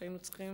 שהיינו צריכים